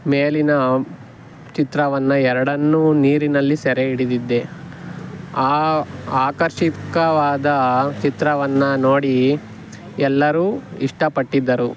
ಮೇಲಿನ ಚಿತ್ರವನ್ನು ಎರಡನ್ನೂ ನೀರಿನಲ್ಲಿ ಸೆರೆ ಹಿಡಿದಿದ್ದೆ ಆ ಆಕರ್ಷಕವಾದ ಚಿತ್ರವನ್ನು ನೋಡಿ ಎಲ್ಲರೂ ಇಷ್ಟಪಟ್ಟಿದ್ದರು